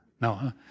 No